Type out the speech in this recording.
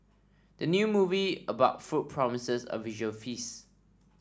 the new movie about food promises a visual feast